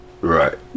Right